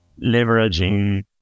leveraging